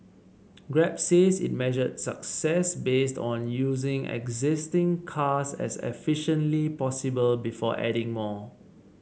grab says it measures success based on using existing cars as efficiently possible before adding more